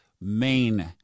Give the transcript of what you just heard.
main